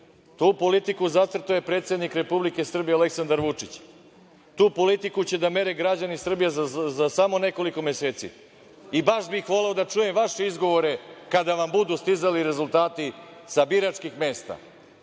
Tu politiku zacrtao je predsednik Republike Srbije Aleksandar Vučić. Tu politiku će da mere građani Srbije za samo nekoliko meseci i baš bih voleo da čujem vaše izgovore kada vam budu stizali rezultati sa biračkih mesta,